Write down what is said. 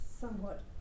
somewhat